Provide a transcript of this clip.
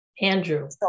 Andrew